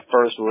first